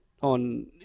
on